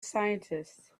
scientist